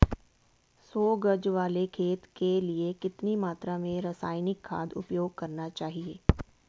सौ गज वाले खेत के लिए कितनी मात्रा में रासायनिक खाद उपयोग करना चाहिए?